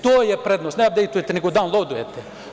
To je prednost, ne „apdejete“ nego „dan lodujete“